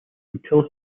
until